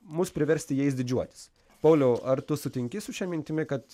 mus priversti jais didžiuotis pauliau ar tu sutinki su šia mintimi kad